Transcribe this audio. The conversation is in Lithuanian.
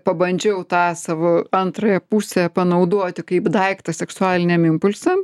pabandžiau tą savo antrąją pusę panaudoti kaip daiktą seksualiniam impulsam